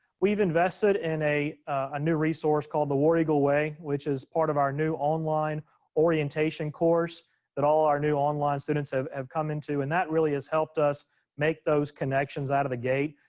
we've invested in a ah new resource called the war eagle way, which is part of our new online orientation course that all our new online students have come into. and that really has helped us make those connections out of the gate.